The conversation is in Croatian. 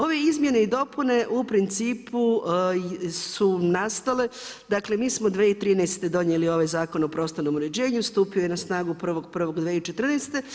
Ove izmjene i dopune u principu su nastale, dakle mi smo 2013. donijeli ovaj Zakon o prostornom uređenju, stupio je na snagu 1.1.2014.